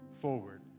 forward